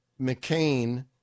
McCain-